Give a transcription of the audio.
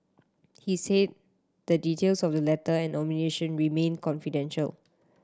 he said the details of the letter and nomination remain confidential